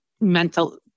mental